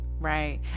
Right